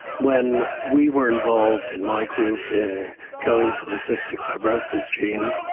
when we were involved in my group in going for the cystic fibrosis gene,